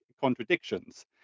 contradictions